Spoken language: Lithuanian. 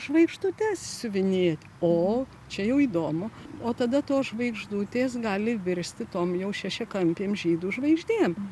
žvaigždutes siuvinėt o čia jau įdomu o tada tos žvaigždutės gali virsti tom jau šešiakampėm žydų žvaigždėm